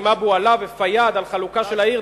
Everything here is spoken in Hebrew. עם אבו עלא ופיאד על חלוקה של העיר,